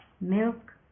milk